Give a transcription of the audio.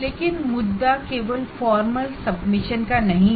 लेकिन मुद्दा केवल फॉर्मल सबमिशन का नहीं है